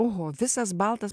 oho visas baltas